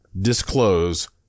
disclose